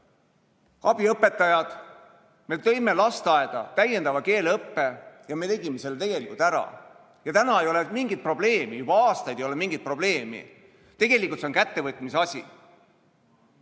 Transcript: abiõpetajad, me tõime lasteaeda täiendava keeleõppe ja me tegime selle tegelikult ära. Ja praegu ei ole mingit probleemi, juba aastaid ei ole mingit probleemi. Tegelikult see on kättevõtmise asi.